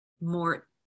more